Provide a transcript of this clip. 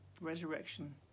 resurrection